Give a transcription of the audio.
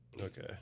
Okay